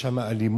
יש שם אלימות,